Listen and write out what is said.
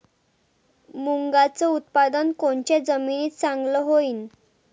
मुंगाचं उत्पादन कोनच्या जमीनीत चांगलं होईन?